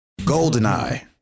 Goldeneye